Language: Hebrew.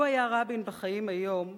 לו היה רבין בחיים היום,